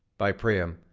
by priam,